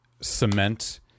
cement